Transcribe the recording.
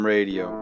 Radio